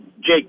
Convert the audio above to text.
Jake